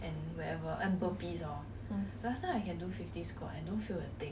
oh my god